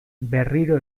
berriro